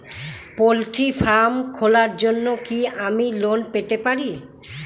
Poultry farm খোলার জন্য কি আমি লোন পেতে পারি?